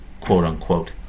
Quote-unquote